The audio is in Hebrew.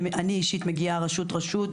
אני אישית מגיעה רשות-רשות,